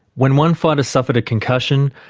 when one fighter suffered a concussion,